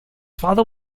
father